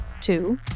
Two